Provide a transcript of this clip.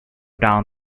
down